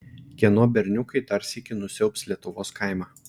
kieno berniukai dar sykį nusiaubs lietuvos kaimą